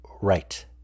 right